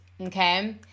okay